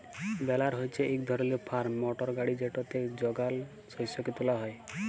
বেলার হছে ইক ধরলের ফার্ম মটর গাড়ি যেটতে যগাল শস্যকে তুলা হ্যয়